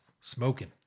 Smoking